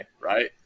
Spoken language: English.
right